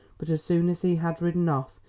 but as soon as he had ridden off,